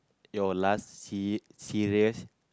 your last se~ serious